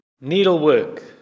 needlework